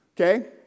okay